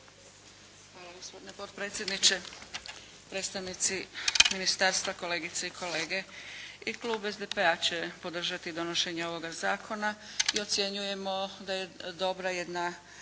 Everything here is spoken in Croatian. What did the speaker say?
Hvala gospodine potpredsjedniče, predstavnici ministarstva, kolegice i kolege. I klub SDP-a će podržati donošenje ovoga zakona i ocjenjujemo da je dobra jedna